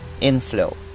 inflow